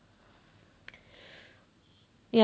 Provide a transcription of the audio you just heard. ya